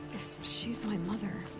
she's my mother.